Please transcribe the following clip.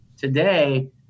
Today